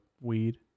weed